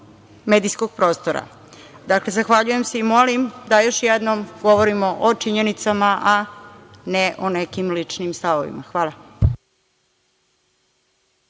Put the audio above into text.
medijskog prostora. Dakle, zahvaljujem se i molim da još jednom govorimo o činjenicama, a ne o nekim ličnim stavovima. Hvala.